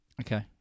okay